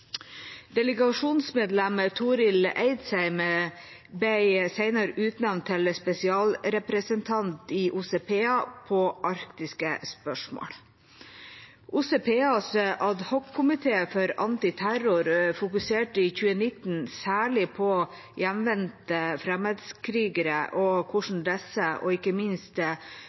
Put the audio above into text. Torill Eidsheim ble senere utnevnt til spesialrepresentant i OSSE PA på arktiske spørsmål. OSSE PAs adhockomité for antiterror fokuserte i 2019 særlig på hjemvendte fremmedkrigere og på hvordan disse og ikke minst